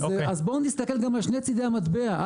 אז בואו נסתכל גם על שני צידי המטבע.